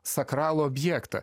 sakralų objektą